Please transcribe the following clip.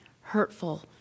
hurtful